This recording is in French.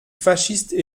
fascistes